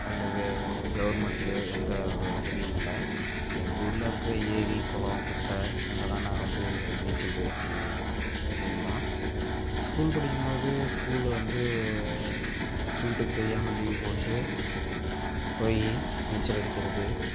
அல்லது கவர்மெண்ட்லேயோ எந்த ஒரு வசதியும் இல்லை எங்கள் ஊரில் இருக்கிற ஏரி குளம் குட்டை அங்கே தான் நான் வந்து நீச்சல் பயிற்சி செய்வோம் ஸ்கூல் படிக்கும் போது ஸ்கூலில் வந்து வீட்டுக்கு தெரியாமல் லீவ் போட்டு போய் நீச்சல் அடிக்கிறது